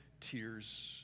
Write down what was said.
tears